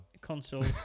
Console